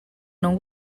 não